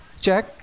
check